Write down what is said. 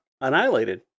annihilated